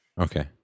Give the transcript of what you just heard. Okay